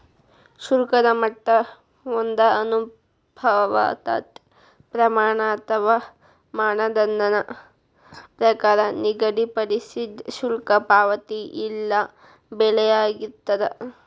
ಶುಲ್ಕದ ಮಟ್ಟ ಒಂದ ಅನುಪಾತದ್ ಪ್ರಮಾಣ ಅಥವಾ ಮಾನದಂಡದ ಪ್ರಕಾರ ನಿಗದಿಪಡಿಸಿದ್ ಶುಲ್ಕ ಪಾವತಿ ಇಲ್ಲಾ ಬೆಲೆಯಾಗಿರ್ತದ